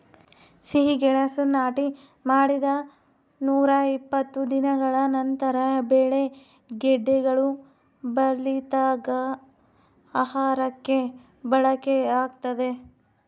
ಸಿಹಿಗೆಣಸು ನಾಟಿ ಮಾಡಿದ ನೂರಾಇಪ್ಪತ್ತು ದಿನಗಳ ನಂತರ ಬೆಳೆ ಗೆಡ್ಡೆಗಳು ಬಲಿತಾಗ ಆಹಾರಕ್ಕೆ ಬಳಕೆಯಾಗ್ತದೆ